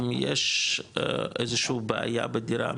אם יש איזשהו בעיה בדירה,